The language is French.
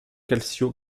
calcio